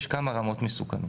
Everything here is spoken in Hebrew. יש כמה רמות מסוכנות.